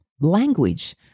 language